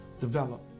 develop